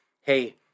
hey